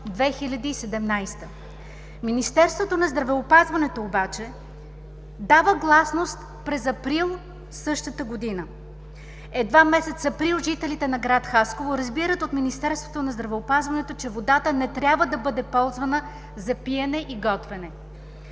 Министерството на здравеопазването обаче дава гласност през април същата година. Едва месец април жителите на гр. Хасково разбират от Министерството на здравеопазването, че водата не трябва да бъде ползвана за пиене и готвене.